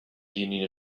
union